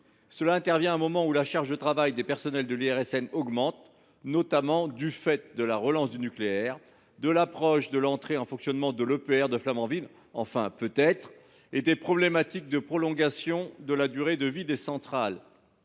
intervient à un moment où la charge de travail des personnels de l’IRSN augmente, notamment du fait de la relance du nucléaire, de l’approche de l’entrée en fonctionnement de l’EPR de Flamanville – enfin, peut être… –, et des problèmes liés à la prolongation de la durée de vie des centrales.